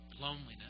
Loneliness